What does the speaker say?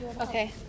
Okay